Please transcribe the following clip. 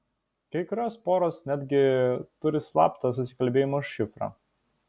kai kurios poros netgi turi slaptą susikalbėjimo šifrą